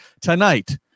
Tonight